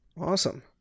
Awesome